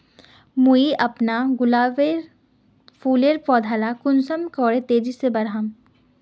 मुई अपना गुलाब फूलेर पौधा ला कुंसम करे तेजी से बढ़ाम?